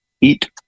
eat